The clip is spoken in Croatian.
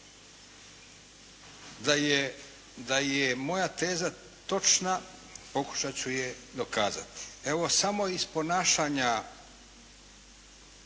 Da je moja teza točna pokušati ću je dokazati. Evo samo iz ponašanja